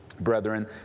brethren